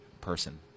person